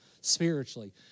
spiritually